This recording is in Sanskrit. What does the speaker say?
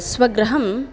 स्वगृहं